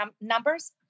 numbers